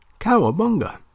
Cowabunga